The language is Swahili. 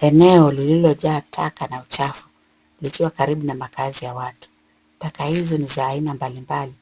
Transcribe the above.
Eneo lililojaa taka na uchafu likiwa karibu na makaazi ya watu. Taka hizo ni za aina mbalimbali